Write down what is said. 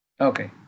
Okay